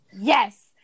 Yes